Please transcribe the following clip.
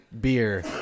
beer